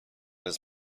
his